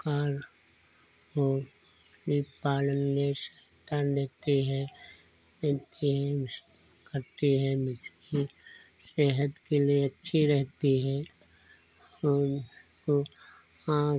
कार्य और मछली पालन में सहायता लेती है देती है वह सब करती है मछली सेहत के लिए अच्छी रहती है और वह आँख